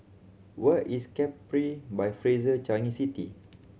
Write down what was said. where is Capri by Fraser Changi City